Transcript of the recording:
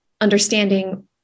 understanding